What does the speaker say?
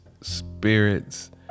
spirits